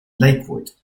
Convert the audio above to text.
lakewood